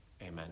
Amen